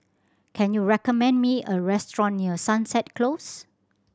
can you recommend me a restaurant near Sunset Close